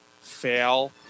fail